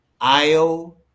Io